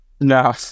No